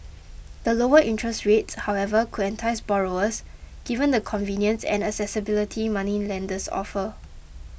the lower interests rates however could entice borrowers given the convenience and accessibility moneylenders offer